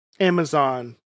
Amazon